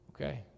Okay